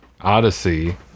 Odyssey